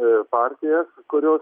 a partijas kurios